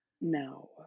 No